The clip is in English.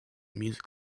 music